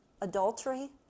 adultery